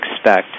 expect